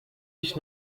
ich